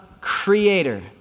creator